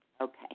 Okay